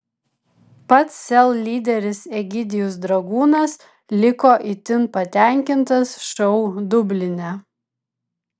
pats sel lyderis egidijus dragūnas liko itin patenkintas šou dubline